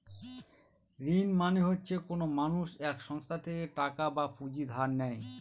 ঋণ মানে হচ্ছে কোনো মানুষ এক সংস্থা থেকে টাকা বা পুঁজি ধার নেয়